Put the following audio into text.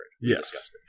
Yes